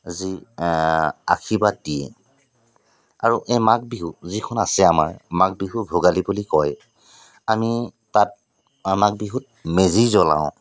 যি আশীৰ্বাদ দিয়ে আৰু এই মাঘ বিহু যিখন আছে আমাৰ মাঘ বিহুক ভোগালী বুলি কয় আমি তাত মাঘ বিহুত মেজি জ্বলাওঁ